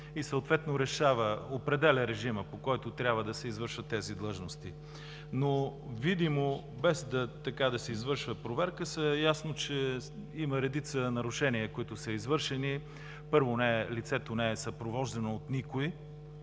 и съответно определя режима, по който трябва да се извършват тези длъжности. Но видимо, без да се извършва проверка, е ясно, че има редица нарушения, които са извършени. Първо, лицето, което